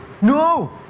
No